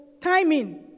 timing